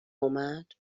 اومد